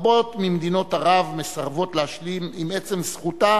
רבות ממדינות ערב מסרבות להשלים עם עצם זכותה